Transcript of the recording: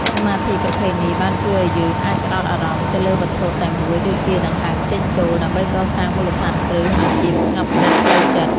សមាធិប្រភេទនេះបានជួយឱ្យយើងអាចផ្តោតអារម្មណ៍ទៅលើវត្ថុតែមួយដូចជាដង្ហើមចេញចូល ដើម្បីកសាងមូលដ្ឋានគ្រឹះនៃភាពស្ងប់ស្ងាត់ផ្លូវចិត្ត។